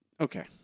Okay